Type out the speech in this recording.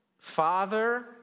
Father